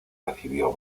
recibió